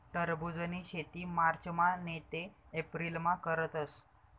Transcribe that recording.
टरबुजनी शेती मार्चमा नैते एप्रिलमा करतस